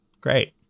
Great